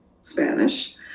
Spanish